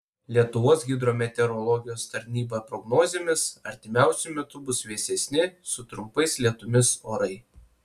lietuvos hidrometeorologijos tarnyba prognozėmis artimiausiu metu bus vėsesni su trumpais lietumis orai